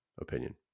opinion